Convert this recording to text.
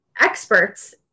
experts